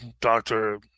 doctor